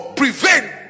prevent